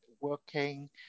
working